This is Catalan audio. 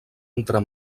entre